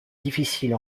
difficile